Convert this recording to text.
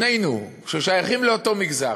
שנינו, ששייכים לאותו מגזר,